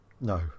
no